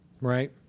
right